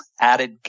added